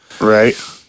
Right